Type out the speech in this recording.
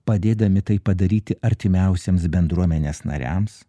padėdami tai padaryti artimiausiems bendruomenės nariams